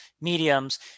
mediums